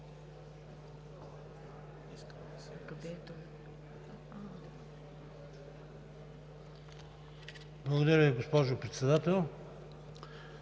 Благодаря, господин Председател.